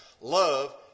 Love